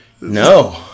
No